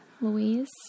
Louise